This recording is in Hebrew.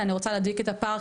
אלא אני רוצה להדביק את הפער,